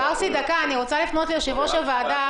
אני רוצה לפנות ליושב-ראש הוועדה.